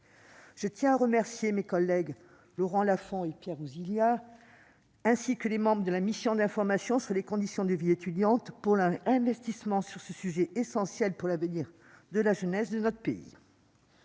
Je tiens à remercier Laurent Lafon et Pierre Ouzoulias, ainsi que les membres de la mission d'information sur les conditions de la vie étudiante, de leur investissement sur ce sujet essentiel pour l'avenir de la jeunesse de notre pays.